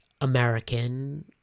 American